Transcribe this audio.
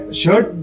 shirt